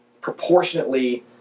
proportionately